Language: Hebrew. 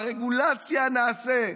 ברגולציה נעשה.